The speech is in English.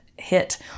Hit